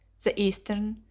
the eastern,